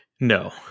no